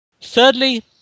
Thirdly